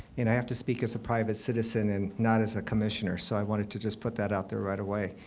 and i have to speak as a private citizen and not as a commissioner. so i wanted to just put that out there right away.